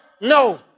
no